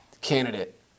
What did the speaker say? candidate